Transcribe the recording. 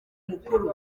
mukuru